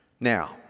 Now